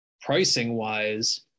pricing-wise